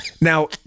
Now